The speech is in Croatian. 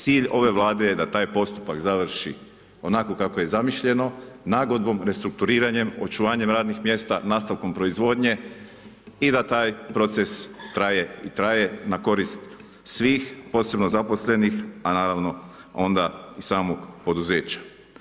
Cilj ove Vlade je da taj postupak završi onako kako je zamišljeno, nagodbom, restrukturiranje, očuvanjem radnih mjesta, nastavkom proizvodnje i da taj proces traje i traje na korist svih posebno zaposlenih a naravno onda i samog poduzeća.